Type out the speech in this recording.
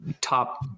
top